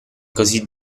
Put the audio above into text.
così